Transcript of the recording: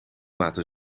laten